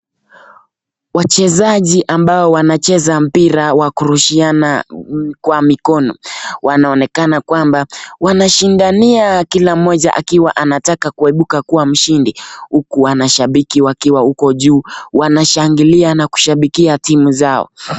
Wachezaji ambao wanacheza mpira wa kurushiana kwa mikono wanaonekana kwamba wanashindania kila mmoja akiwa anataka kuimbuka kuwa mshindi huku wanashambiki wakiwa uko juu wanashambikia na kushangilia timu zao.